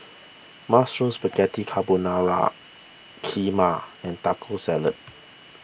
Mushroom Spaghetti Carbonara Kheema and Taco Salad